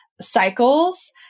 cycles